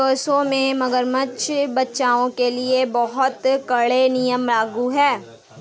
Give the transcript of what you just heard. विदेशों में मगरमच्छ बचाओ के लिए बहुत कड़े नियम लागू हैं